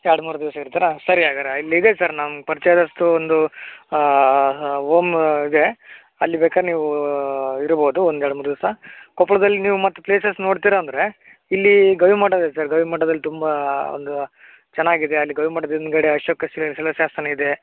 ಎರಡು ಮೂರು ದಿವಸ ಇರ್ತೀರಾ ಸರಿ ಹಾಗಾರೆ ಇಲ್ಲಿ ಇದೆ ಸರ್ ನಮ್ಮ ಪರ್ಚಯದಸ್ತು ಒಂದು ಓಮ್ ಇದೆ ಅಲ್ಲಿ ಬೇಕಾರೆ ನೀವು ಇರ್ಬೋದು ಒಂದು ಎರಡು ಮೂರು ದಿವಸ ಕೊಪ್ಳದಲ್ಲಿ ನೀವು ಮತ್ತು ಪ್ಲೇಸಸ್ ನೋಡ್ತೀರ ಅಂದರೆ ಇಲ್ಲಿ ಗವಿಮಠ ಇದೆ ಸರ್ ಗವಿಮಠದಲ್ಲಿ ತುಂಬ ಒಂದು ಚೆನ್ನಾಗಿದೆ ಅಲ್ಲಿ ಗವಿಮಠದ ಹಿಂದ್ಗಡೆ ಅಶೋಕ ಶಿಲೆ ಶಿಲಾಶಾಸನ ಇದೆ